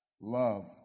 love